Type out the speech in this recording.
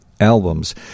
albums